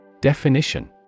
Definition